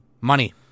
Money